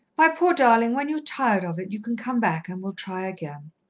my poor darling, when you're tired of it, you can come back, and we'll try again.